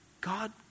God